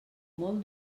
molt